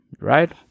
right